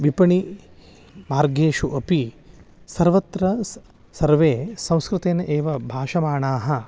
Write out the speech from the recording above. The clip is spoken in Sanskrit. विपणिमार्गेषु अपि सर्वत्र स् सर्वे संस्कृतेन एव भाषमाणाः